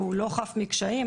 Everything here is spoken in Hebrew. והוא לא חף מקשיים,